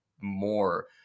more